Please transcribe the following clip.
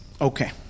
Okay